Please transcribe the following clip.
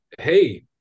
hey